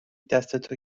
دستتو